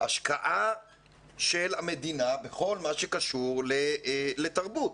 השקעה של המדינה בכל מה שקשור לתרבות,